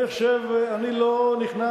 אני חושב, אני לא נכנס.